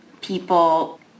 people